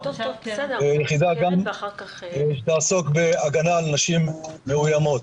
יחידה שתעסוק בהגנה על נשים מאוימות.